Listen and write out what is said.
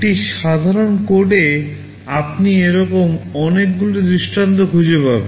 একটি সাধারণ কোডে আপনি এরকম অনেকগুলি দৃষ্টান্ত খুঁজে পাবেন